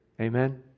Amen